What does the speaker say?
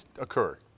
occur